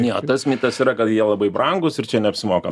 jo tas mitas yra kad jie labai brangūs ir čia neapsimoka